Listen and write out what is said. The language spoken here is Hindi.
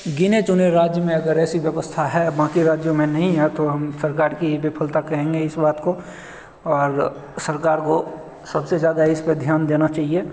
गिने चुने राज्य में अगर ऐसी व्यवस्था है बाक़ी राज्यों में नहीं है तो हम सरकार यहीं पर खुल तक कहेंगे इस बार को और सरकार को सबसे ज्यादा इस पर ध्यान देना चहिए